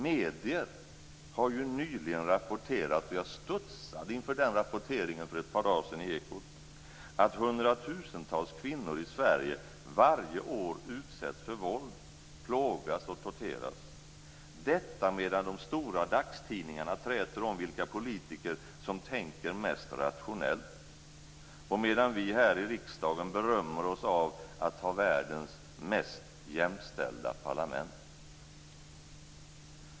Medier har nyligen rapporterat - och jag studsade inför den rapporteringen för ett par dagar sedan i Ekot - att hundratusentals kvinnor i Sverige varje år utsätts för våld, plågas och torteras. Detta sker medan de stora dagstidningarna träter om vilka politiker som tänker mest rationellt, och medan vi här i riksdagen berömmer oss av att ha världens mest jämställda parlament.